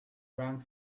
drank